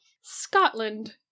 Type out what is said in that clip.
Scotland